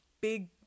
big